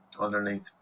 underneath